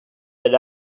del